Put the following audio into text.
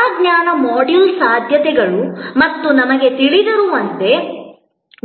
ಹೊಸ ಜ್ಞಾನ ಮಾಡ್ಯೂಲ್ ಸಾಧ್ಯತೆಗಳು ಮತ್ತು ನಮಗೆ ತಿಳಿದಿರುವಂತೆ